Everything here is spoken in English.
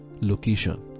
location